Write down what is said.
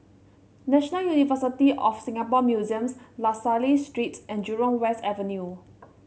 National University of Singapore Museums La Salle Street and Jurong West Avenue